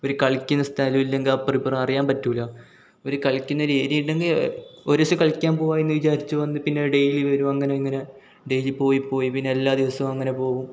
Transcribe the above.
ഒരു കളിക്കുന്ന സ്ഥലം ഇല്ലെങ്കിൽ അപ്പ്രോ ഇപ്പ്രോ അറിയാൻ പറ്റില്ല ഒരു കളിക്കുന്ന രീതി ഉണ്ടെങ്കിൽ ഒരീസം കളിക്കാൻ പോവാമെന്ന് വിചാരിച്ചു വന്ന പിന്നെ ഡേയ്ലി വരും അങ്ങനെ ഇങ്ങനെ ഡേയ്ലി പോയിപ്പോയി പിന്നെ എല്ലാ ദിവസവും അങ്ങനെ പോവും